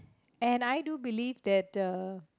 and I do believe that the